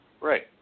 Right